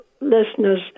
listeners